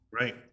right